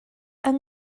yng